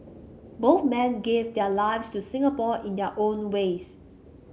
both men gave their lives to Singapore in their own ways